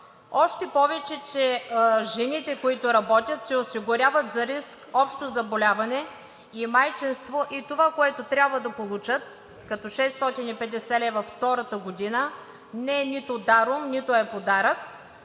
Още повече че жените, които работят, се осигуряват за риск „Общо заболяване и майчинство“ и това, което трябва да получат като 650 лв. втората година, не е нито даром, нито е подарък.